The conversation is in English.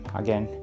again